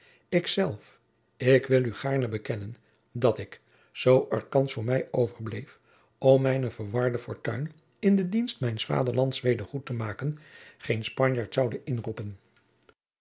zelf ik wil u gaarne bekennen dat ik zoo er kans voor mij overbleef om mijne verwarde fortuin in de dienst mijns vaderlands weder goed te maken geen spanjaarden zoude inroepen